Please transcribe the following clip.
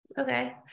Okay